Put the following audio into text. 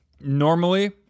normally